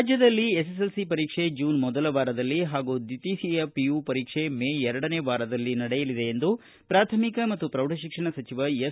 ರಾಜ್ಯದಲ್ಲಿ ಎಸ್ಎಸ್ಎಲ್ಸಿ ಪರೀಕ್ಷೆ ಜೂನ್ ಮೊದಲ ವಾರದಲ್ಲಿ ಹಾಗೂ ದ್ವಿತೀಯ ಪಿಯು ಪರೀಕ್ಷೆ ಮೇ ಎರಡನೆ ವಾರದಲ್ಲಿ ನಡೆಯಲಿದೆ ಎಂದು ಪ್ರಾಥಮಿಕ ಮತ್ತು ಪ್ರೌಢಶಿಕ್ಷಣ ಸಚಿವ ಎಸ್